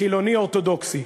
חילוני-אורתודוקסי.